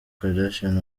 kardashian